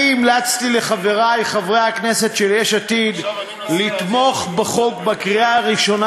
אני המלצתי לחברי חברי הכנסת של יש עתיד לתמוך בחוק בקריאה הראשונה,